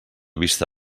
vista